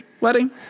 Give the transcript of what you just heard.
wedding